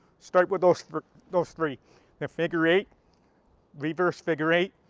start with those those three there. figure-eight, reverse figure eight,